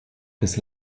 des